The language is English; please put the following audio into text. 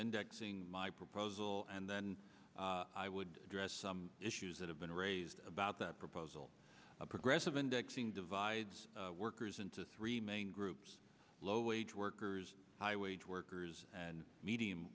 indexing my proposal and then i would address some issues that have been raised about that proposal of progressive indexing divides workers into three main groups low wage workers high wage workers and me